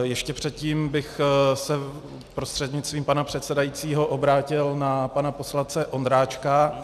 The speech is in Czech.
Ještě předtím bych se prostřednictvím pana předsedajícího obrátil na pana poslance Ondráčka.